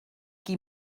qui